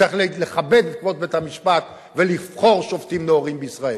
צריך לכבד את כבוד בית-המשפט ולבחור שופטים נאורים בישראל.